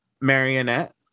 marionette